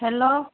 hello